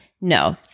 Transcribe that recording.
no